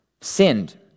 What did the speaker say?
sinned